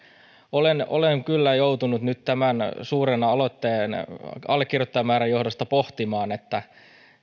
olen olen kyllä joutunut nyt tämän aloitteen suuren allekirjoittajamäärän johdosta pohtimaan